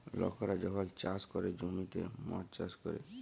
লকরা যখল চাষ ক্যরে জ্যমিতে মদ চাষ ক্যরে